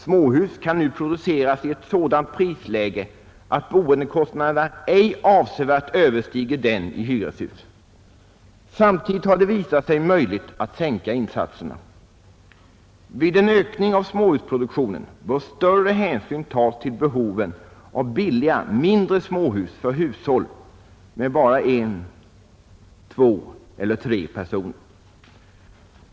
Småhus kan nu produceras i ett sådant prisläge att boendekostnaderna inte avsevärt överstiger samma kostnader i hyreshus. Samtidigt har det visat sig möjligt att sänka insatserna. Vid en ökning av småhusproduktionen bör större hänsyn tas till behovet av billiga, mindre småhus för hushåll med bara en, två eller tre personer.